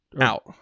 out